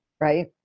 right